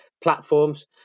platforms